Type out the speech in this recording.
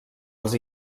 els